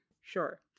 Sure